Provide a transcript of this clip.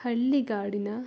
ಹಳ್ಳಿಗಾಡಿನ